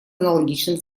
аналогичным